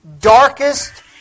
darkest